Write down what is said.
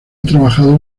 trabajado